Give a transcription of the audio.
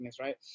right